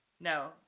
No